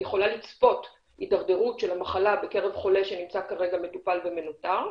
יכולה לצפות הידרדרות של המחלה בקרב חולה שנמצא כרגע מטופל ומנוטר.